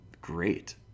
Great